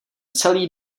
celý